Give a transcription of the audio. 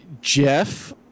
Jeff